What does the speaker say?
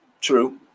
True